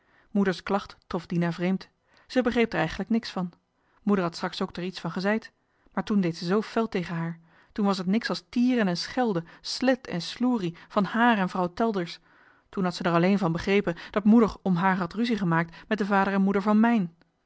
klacht trof dina vreemd ze begreep d'er eigenlijk niks van moeder had straks ook d'er iets van gezeid maar toen deed ze zoo fel tegen haar toen was het niks als tieren en schelden slet en sloerie van haar en vrouw telders toen had ze d'er alleen van begrepen dat moeder om haar had ruzie gemaakt met de vader en moeder van mijn